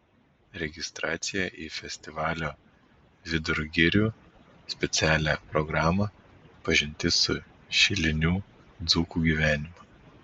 registracija į festivalio vidur girių specialią programą pažintis su šilinių dzūkų gyvenimu